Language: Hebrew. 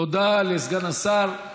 תודה לסגן השר.